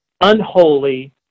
unholy